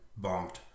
bonked